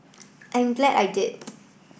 I'm glad I did